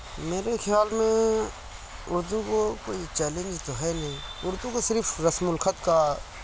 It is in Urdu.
میرے خیال میں اردو کو کوئی چیلنج تو ہے نہیں اردو کو صرف رسم الخط کا